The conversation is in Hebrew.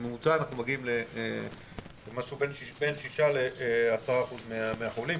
בממוצע אנחנו מגיעים למשהו בן 6% ל-10% מהחולים,